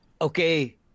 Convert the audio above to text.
okay